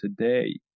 today